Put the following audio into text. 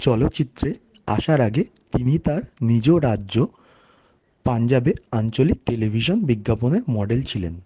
চলচ্চিত্রে আসার আগে তিনি তার নিজ রাজ্য পাঞ্জাবে আঞ্চলিক টেলিভিশন বিজ্ঞাপনের মডেল ছিলেন